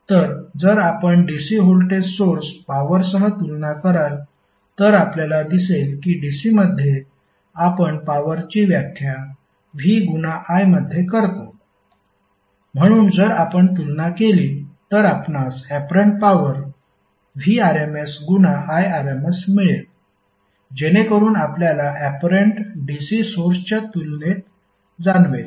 तर जर आपण DC व्होल्टेज सोर्स पॉवरसह तुलना कराल तर आपल्याला दिसेल की DC मध्ये आपण पॉवरची व्याख्या v गुना i मध्ये करतो म्हणून जर आपण तुलना केली तर आपणास ऍपरंट पॉवर Vrms गुना Irms मिळेल जेणेकरुन आपल्याला ऍपरंट DC सोर्सच्या तुलनेत जाणवेल